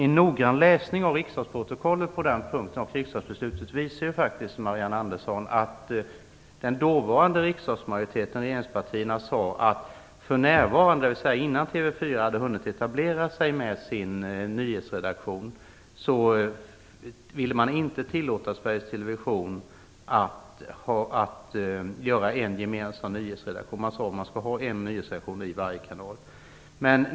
En noggrann läsning av riksdagsprotokollet och riksdagsbeslutet på den punkten visar faktiskt, Marianne Andersson, att den dåvarande riksdagsmajoriteten, regeringspartierna, sade att för närvarande, dvs. innan TV 4 hade hunnit etablera sig med sin nyhetsredaktion, ville man inte tillåta Sveriges Television att göra en gemensam nyhetsredaktion. Man sade att det skall finnas en nyhetsredaktion på varje kanal.